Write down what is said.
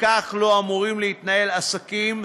וכך לא אמורים להתנהל עסקים,